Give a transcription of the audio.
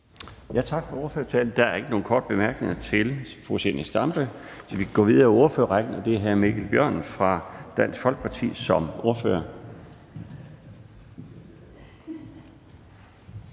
Tak for ordførertalen. Der er ikke nogen korte bemærkninger til fru Zenia Stampe, så vi går videre i ordførerrækken, og det er hr. Mikkel Bjørn fra Dansk Folkeparti som ordfører.